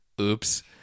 Oops